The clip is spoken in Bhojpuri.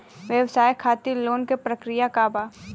व्यवसाय खातीर लोन के प्रक्रिया का बा?